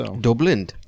Dublin